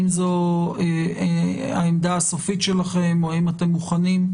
האם זו העמדה הסופית שלכם או האם אתם מוכנים,